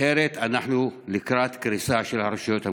אחרת אנחנו לקראת קריסה של הרשויות המקומיות.